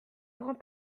grand